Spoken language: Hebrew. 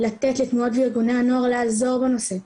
לתת לתנועות וארגוני הנוער לעזור בנושא,